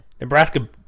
Nebraska